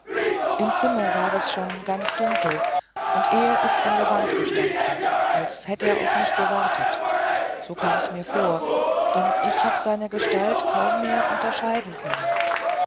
im zimmer war's schon fast ganz dunkel und er is an der wand gestanden als hätt er auf mich gewartet so kam's mir vor denn ich hab seine gestalt kaum mehr unterscheiden können